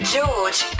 George